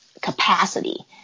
capacity